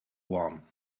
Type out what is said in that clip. one